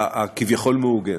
הכביכול-מהוגנת.